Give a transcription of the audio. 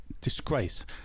disgrace